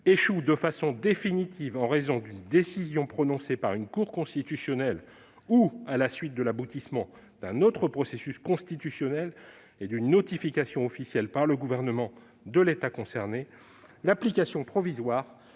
échoue de façon définitive en raison d'une décision prononcée par une Cour constitutionnelle, ou à la suite de l'aboutissement d'un autre processus constitutionnel et d'une notification officielle par le gouvernement de l'État concerné, l'application provisoire